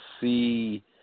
see